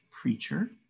preacher